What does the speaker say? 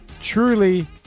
truly